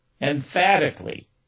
emphatically